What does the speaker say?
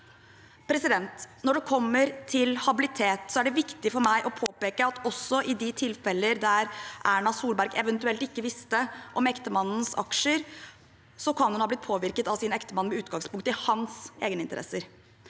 oppklart. Når det gjelder habilitet, er det viktig for meg å påpeke at også i de tilfeller der Erna Solberg eventuelt ikke visste om ektemannens aksjer, kan hun ha blitt påvirket av sin ektemann med utgangspunkt i hans egeninteresser.